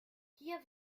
hier